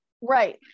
Right